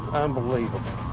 unbelievable.